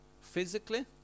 physically